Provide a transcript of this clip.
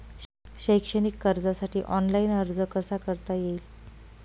शैक्षणिक कर्जासाठी ऑनलाईन अर्ज कसा करता येईल?